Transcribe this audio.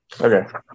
Okay